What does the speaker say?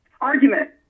argument